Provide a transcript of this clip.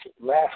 last